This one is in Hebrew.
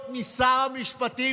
תגידו, אתם השתגעתם?